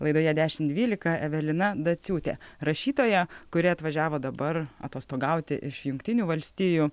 laidoje dešim dvylika evelina daciūtė rašytoja kuri atvažiavo dabar atostogauti iš jungtinių valstijų